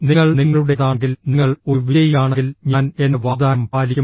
നിങ്ങൾ നിങ്ങളുടേതാണെങ്കിൽ നിങ്ങൾ ഒരു വിജയിയാണെങ്കിൽ ഞാൻ എന്റെ വാഗ്ദാനം പാലിക്കും